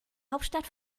hauptstadt